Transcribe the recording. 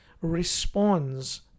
responds